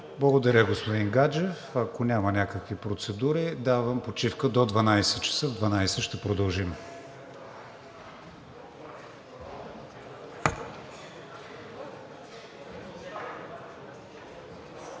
Благодаря, господин Гаджев. Ако няма някакви процедури, давам почивка до 12,00 часа. В 12,00 часа ще продължим.